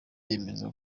yemeza